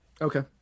okay